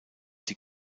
die